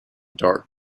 dark